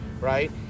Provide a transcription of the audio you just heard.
right